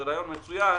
זה רעיון מצוין,